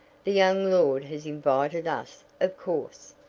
the young lord has invited us, of course.